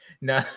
No